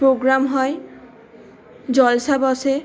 programme হয় জলসা বসে